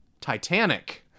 titanic